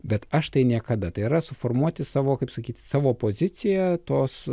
bet aš tai niekada tai yra suformuoti savo kaip sakyt savo poziciją tos